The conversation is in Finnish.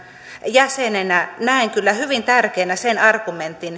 jäsenenä näen kyllä hyvin tärkeänä sen argumentin